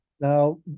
Now